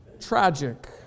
tragic